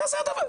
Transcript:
מה זה הדבר הזה?